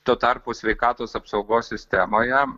tuo tarpu sveikatos apsaugos sistemoje